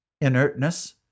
inertness